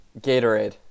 gatorade